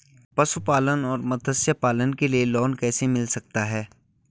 पशुपालन और मत्स्य पालन के लिए लोन कैसे मिल सकता है?